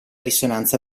risonanza